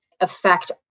affect